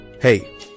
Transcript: hey